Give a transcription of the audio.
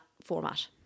format